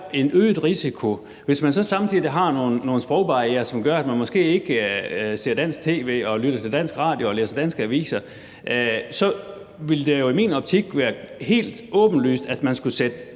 en øget risiko. Hvis der så samtidig er nogle sprogbarrierer, som gør, at de måske ikke ser dansk tv og lytter til dansk radio og læser danske aviser, så vil det i min optik være helt åbenlyst, at man skulle sætte